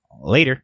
later